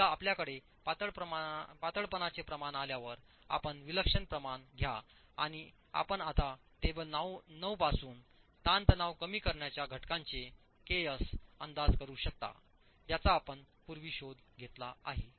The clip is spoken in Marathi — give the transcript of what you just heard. एकदा आपल्याकडे पातळपणाचे प्रमाण आल्यावर आपण विलक्षण प्रमाण घ्या आणि आपण आता टेबल 9 पासून ताणतणाव कमी करण्याच्या घटकाचा ks अंदाज करू शकता ज्याचा आपण पूर्वी शोध घेतला आहे